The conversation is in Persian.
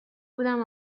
بودم